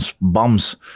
bums